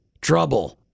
trouble